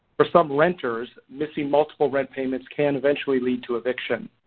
for some renters missing multiple rent payments can eventually lead to eviction.